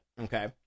Okay